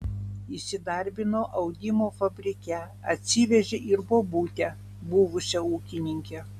įsidarbino audimo fabrike atsivežė ir bobutę buvusią ūkininkę